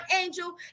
angel